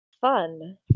Fun